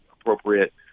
appropriate